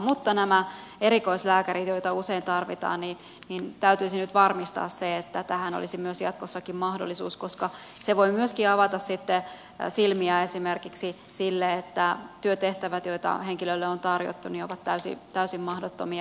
mutta nämä erikoislääkärit joita usein tarvitaan täytyisi nyt varmistaa se että tähän olisi jatkossakin mahdollisuus koska se voi myöskin avata sitten silmiä esimerkiksi sille että työtehtävät joita henkilölle on tarjottu ovat täysin mahdottomia